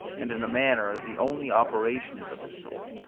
and in a manner, the only operations of his soul,